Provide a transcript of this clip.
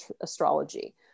astrology